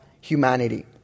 humanity